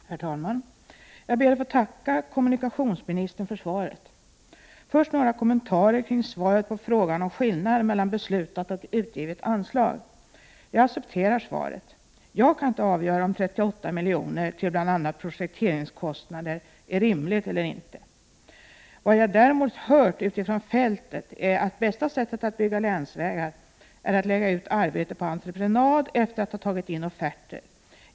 Herr talman! Jag ber att få tacka kommunikationsministern för svaret. Först några kommentarer kring svaret på frågan om skillnaden mellan beslutat och utgivet anslag. Jag accepterar svaret. Jag kan inte avgöra om 38 milj.kr. till bl.a. projekteringskostnader är rimligt eller inte. Vad jag däremot hört utifrån fältet är att det bästa sättet att bygga länsvägar är att lägga ut arbetet på entreprenad efter att ha tagit in offerter.